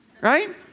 Right